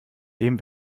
dem